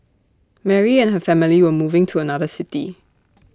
Mary and her family were moving to another city